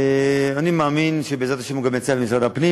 אני מאמין שבעזרת השם הוא גם יצליח במשרד הפנים,